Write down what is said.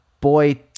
boy